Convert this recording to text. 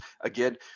again